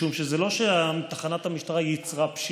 משום שזה לא שתחנת המשטרה ייצרה פשיעה,